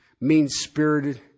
mean-spirited